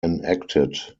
enacted